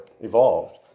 evolved